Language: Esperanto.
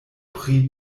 pri